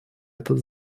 этот